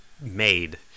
made